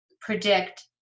predict